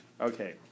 Okay